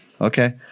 Okay